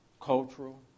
cultural